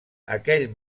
aquell